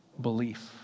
belief